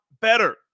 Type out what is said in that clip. better